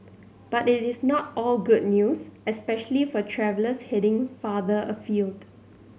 but it is not all good news especially for travellers heading farther afield